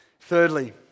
Thirdly